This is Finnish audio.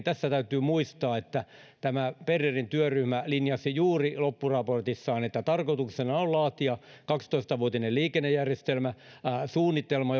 tässä täytyy muistaa että tämä bernerin työryhmä linjasi juuri loppuraportissaan että tarkoituksena on laatia kaksitoista vuotinen liikennejärjestelmäsuunnitelma